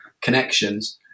connections